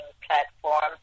platform